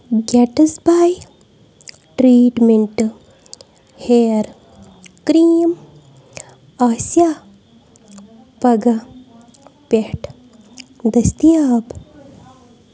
Gates باے ٹرٛیٖٹمیٚنٛٹہٕ hair cream آسیا پگاہ پٮ۪ٹھ دٔستِیاب؟